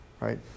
right